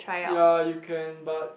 ya you can but